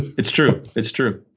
it's it's true. it's true.